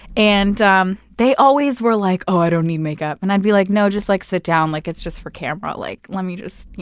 and um they always were like, oh, i don't need makeup. and i would be like, no, just like sit down. like it's just for camera. like lemme just,